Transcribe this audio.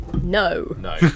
no